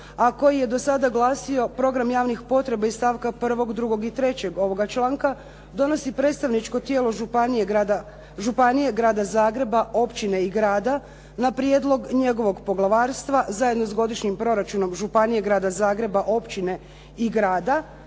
a koji je do sada glasio “Program javnih potreba iz stavka prvog, drugog i trećeg ovoga članka donosi predstavničko tijelo županije, Grada Zagreba, općine i grada na prijedlog njegovog poglavarstva zajedno s godišnjim proračunom županije, Grada Zagreba, općine i grada“.